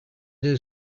new